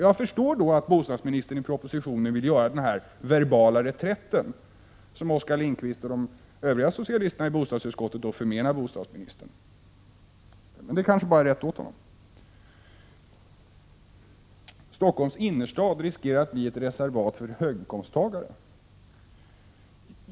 Jag förstår då att bostadsministern i propositionen ville göra denna verbala reträtt, som Oskar Lindkvist och de övriga socialisterna i bostadsutskottet förmenar bostadsministern. Det är kanske bara rätt åt honom. Stockholms innerstad riskerar att bli ett reservat för höginkomsttagare, säger Oskar Lindkvist.